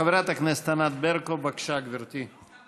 חברת הכנסת ענת ברקו, בבקשה, גברתי.